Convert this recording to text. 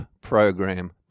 program